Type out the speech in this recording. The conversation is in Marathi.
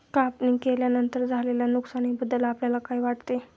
कापणी केल्यानंतर झालेल्या नुकसानीबद्दल आपल्याला काय वाटते?